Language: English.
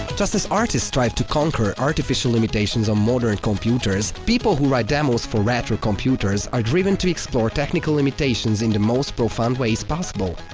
artists strive to conquer artificial limitations on modern computers, people who write demos for retro computers are driven to explore technical limitations in the most profound ways possible.